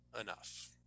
enough